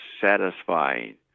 satisfying